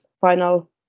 final